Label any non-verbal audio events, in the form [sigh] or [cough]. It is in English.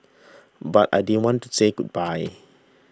[noise] but I didn't want to say goodbye